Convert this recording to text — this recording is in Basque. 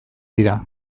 dira